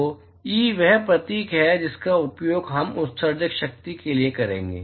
तो E वह प्रतीक है जिसका उपयोग हम उत्सर्जक शक्ति के लिए करेंगे